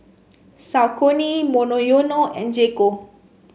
Saucony Monoyono and J Co